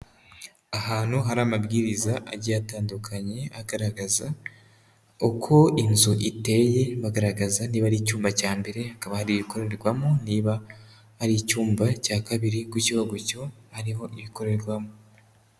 Ahantu hari amabwiriza agiye atandukanye agaragaza uko inzu iteye, bagaragaza niba ari icyumba cya mbere, hakaba hari ibikorerwamo, niba ari icyumba cya kabiri gucyo gucyo hariho ibikorerwamo.